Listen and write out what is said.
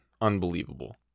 unbelievable